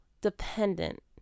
dependent